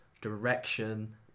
direction